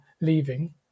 leaving